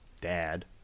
dad